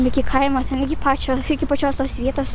lygi kaimo ten iki pačio iki pačios tos vietos